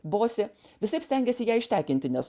bosė visaip stengiasi ją ištekinti nes